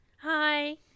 Hi